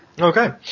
Okay